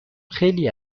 خیلی